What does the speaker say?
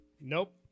nope